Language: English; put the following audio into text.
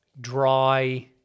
dry